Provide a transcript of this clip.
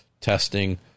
testing